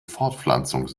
fortpflanzung